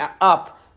up